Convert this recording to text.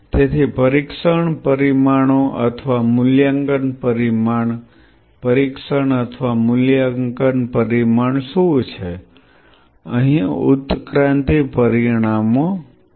તેથી પરીક્ષણ પરિમાણો અથવા મૂલ્યાંકન પરિમાણ પરીક્ષણ અથવા મૂલ્યાંકન પરિમાણ શું છે અહીં ઉત્ક્રાંતિ પરિમાણો છે